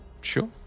Sure